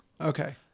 Okay